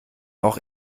auch